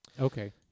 Okay